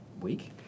week